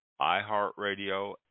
iHeartRadio